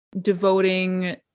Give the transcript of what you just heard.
devoting